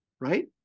right